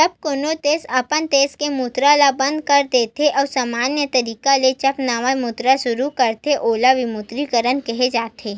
जब कोनो देस अपन देस के मुद्रा ल बंद कर देथे अउ समान्य तरिका ले जब नवा मुद्रा सुरू करथे ओला विमुद्रीकरन केहे जाथे